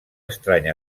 estrany